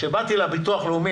כשבאתי לביטוח לאומי,